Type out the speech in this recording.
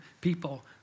people